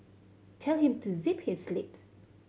tell him to zip his lip